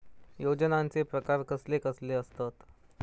योजनांचे प्रकार कसले कसले असतत?